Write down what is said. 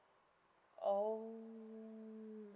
orh